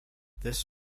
this